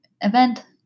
event